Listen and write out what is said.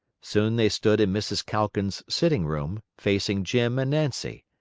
soon they stood in mrs. calkins's sitting-room, facing jim and nancy.